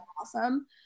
awesome